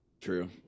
True